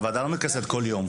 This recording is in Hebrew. הוועדה לא מתכנסת כל יום.